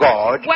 God